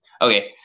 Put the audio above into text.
okay